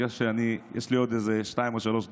כי יש לי עוד שתיים-שלוש דקות,